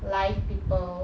live people